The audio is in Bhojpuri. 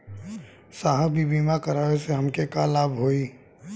साहब इ बीमा करावे से हमके का लाभ होई?